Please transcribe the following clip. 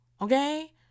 Okay